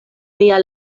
mia